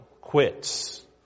quits